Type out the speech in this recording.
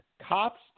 cops